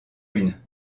une